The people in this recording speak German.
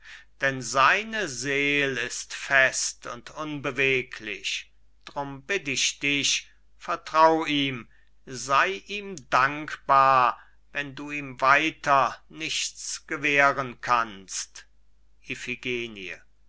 denn seine seel ist fest und unbeweglich drum bitt ich dich vertrau ihm sei ihm dankbar wenn du ihm weiter nichts gewähren kannst